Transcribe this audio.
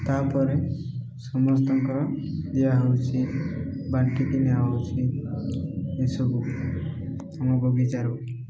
ତାପରେ ସମସ୍ତଙ୍କର ଦିଆହଉଛି ବାଣ୍ଟିକି ନିଆହଉଛି ଏସବୁ ଆମ ବଗିଚାରୁ